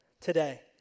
Today